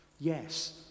Yes